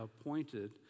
appointed